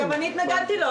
אני התנגדתי לו.